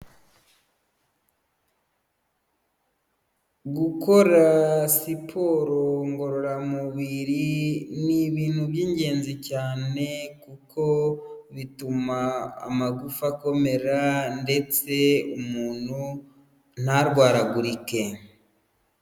Gukora siporo ngororamubiri ni ibintu by'ingenzi cyane kuko bituma amagufa akomera ndetse umuntu ntarwaragurike.